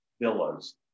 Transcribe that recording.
villas